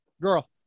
Girl